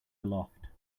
aloft